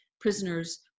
prisoners